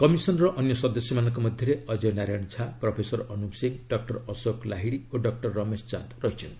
commission ର ଅନ୍ୟ ସଦସ୍ୟମାନଙ୍କ ମଧ୍ୟରେ ଅଜୟ ନାରାୟଣ ଝା ପ୍ରଫେସର ଅନୁପ ସିଂହ ଡକୁର ଅଶୋକ ଲାହିଡ଼ି ଓ ଡକୁର ରମେଶ ଚାନ୍ଦ ଅଛନ୍ତି